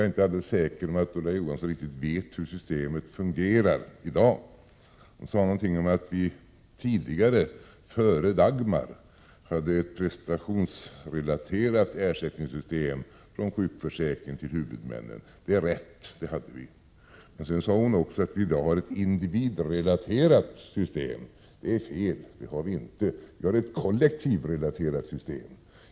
Jag är inte säker på att Ulla Johansson vet hur systemet fungerar i dag. Hon sade att vi tidigare, före Dagmarreformen, hade ett prestationsrelaterat system för ersättning från sjukförsäkringen till huvudmännen. Det är rätt. Men hon sade också att vi i dag har ett individrelaterat system. Det är fel. Vi har ett kollektivrelaterat system.